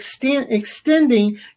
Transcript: extending